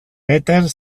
peter